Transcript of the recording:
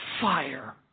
fire